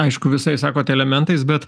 aišku visais sakot elementais bet